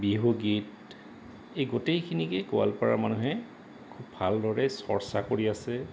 বিহুগীত এই গোটেইখিনিকেই গোৱালপাৰা মানুহে খুব ভালদৰে চৰ্চা কৰি আছে